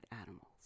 animals